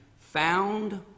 found